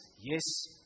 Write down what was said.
yes